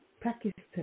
Pakistan